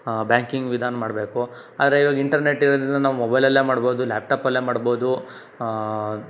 banking ವಿಧಾನ ಮಾಡಬೇಕು ಆದರೆ ಇವಾಗ ಇಂಟರ್ನೆಟ್ ಇರೋದರಿಂದ ನಾವು ಮೊಬೈಲಲ್ಲೇ ಮಾಡ್ಬೌದು ಲ್ಯಾಪ್ಟಾಪಲ್ಲೇ ಮಾಡ್ಬೌದು